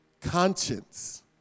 Conscience